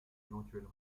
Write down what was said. éventuelle